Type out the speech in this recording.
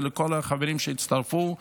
ולכל החברים שהצטרפו,